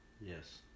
Yes